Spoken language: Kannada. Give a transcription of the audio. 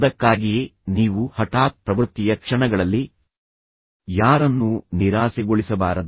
ಅದಕ್ಕಾಗಿಯೇ ನೀವು ಹಠಾತ್ ಪ್ರವೃತ್ತಿಯ ಕ್ಷಣಗಳಲ್ಲಿ ಯಾರನ್ನೂ ನಿರಾಸೆಗೊಳಿಸಬಾರದು